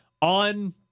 On